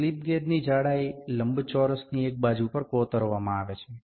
slip ગેજની જાડાઈ લંબચોરસની એક બાજુ પર કોતરવામાં આવી છે